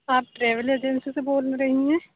آپ travel agency سے بول رہی ہیں